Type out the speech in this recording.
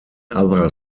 other